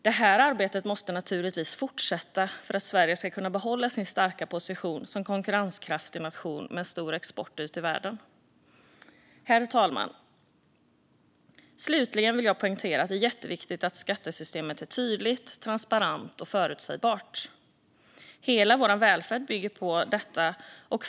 Det arbetet måste fortsätta för att Sverige ska kunna behålla sin starka position som konkurrenskraftig nation med stor export ut i världen. Herr talman! Slutligen vill jag poängtera att det är jätteviktigt att skattesystemet är tydligt, transparent och förutsägbart. Hela vår välfärd bygger på detta.